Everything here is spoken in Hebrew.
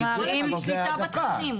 לא לא, היכולת היא שליטה בתכנים.